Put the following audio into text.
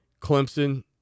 Clemson